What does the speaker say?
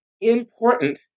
Important